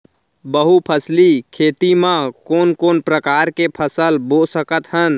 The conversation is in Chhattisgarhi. बहुफसली खेती मा कोन कोन प्रकार के फसल बो सकत हन?